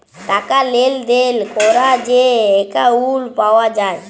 টাকা লেলদেল ক্যরার যে একাউল্ট পাউয়া যায়